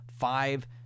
five